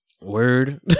word